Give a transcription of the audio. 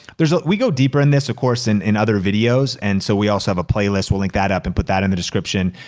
we go deeper in this of course in in other videos. and so, we also have a playlist. we'll link that up and put that in the description,